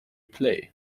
play